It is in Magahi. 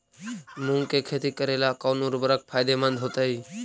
मुंग के खेती करेला कौन उर्वरक फायदेमंद होतइ?